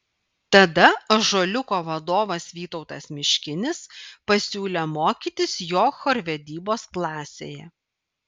tada ąžuoliuko vadovas vytautas miškinis pasiūlė mokytis jo chorvedybos klasėje